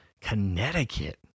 Connecticut